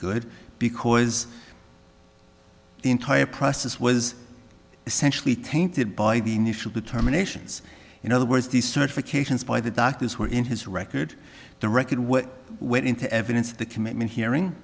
good because the entire process was essentially tainted by the national determinations in other words the certifications by the doctors were in his record the record what went into evidence the commitment hearing